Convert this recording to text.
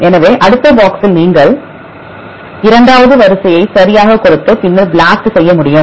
எனவே அடுத்த பாக்ஸில் நீங்கள் இரண்டாவது வரிசையை சரியாகக் கொடுத்து பின்னர் BLAST செய்ய முடியும்